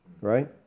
right